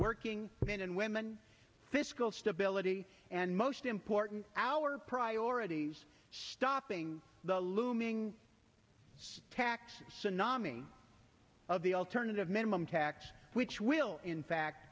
working men and women fiscal stability and most important our priorities stopping the looming tax tsunami of the alternative minimum tax which will in fact